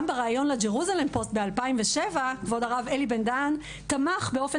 גם בראיון לג'רוזלם פוסט ב-2007 כבוד הרב אלי בן דהן תמך באופן